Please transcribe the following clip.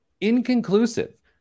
inconclusive